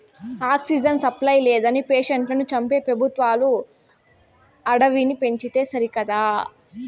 oxygen supply లేదని పేషెంట్లను చంపే పెబుత్వాలు అడవిని పెంచితే సరికదా